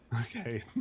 Okay